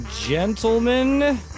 gentlemen